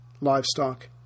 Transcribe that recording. livestock